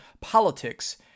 politics